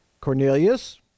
Cornelius